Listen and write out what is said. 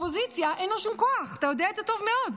לאופוזיציה אין שום כוח, אתה יודע את זה טוב מאוד.